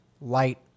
light